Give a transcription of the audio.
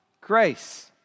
grace